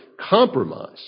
compromise